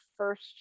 First